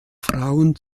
frauen